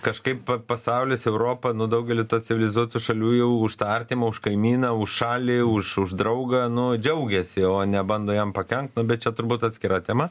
kažkaip pasaulis europa nu daugely civilizuotų šalių jau už tą artimą už kaimyną už šalį už už draugą nu džiaugiasi o nebando jam pakenkt nu bet čia turbūt atskira tema